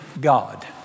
God